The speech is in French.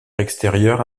extérieure